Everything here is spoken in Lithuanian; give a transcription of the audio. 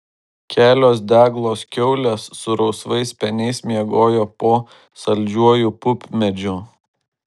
kelios deglos kiaulės su rausvais speniais miegojo po saldžiuoju pupmedžiu